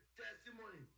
testimony